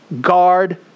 Guard